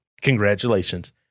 Congratulations